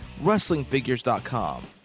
wrestlingfigures.com